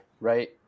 right